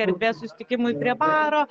erdvė susitikimui prie baro